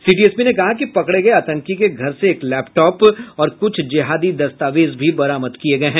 city SP ने कहा कि पकड़े गये आतंकी के घर से एक लैपटॉप और कुछ जेहादी दस्तावेज भी बरामद किये गये हैं